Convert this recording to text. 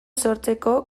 sortzeko